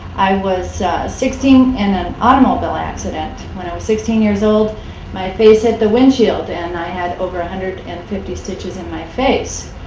i was sixteen in an automobile accident. when i was sixteen years old my face hit the windshield and i had over one hundred and fifty stitches in my face.